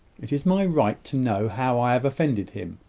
it is my right to know how i have offended him.